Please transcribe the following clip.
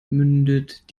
mündet